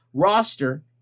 roster